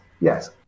Yes